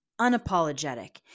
unapologetic